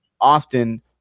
often